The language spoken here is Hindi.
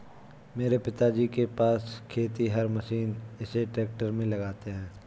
मेरे पिताजी के पास खेतिहर मशीन है इसे ट्रैक्टर में लगाते है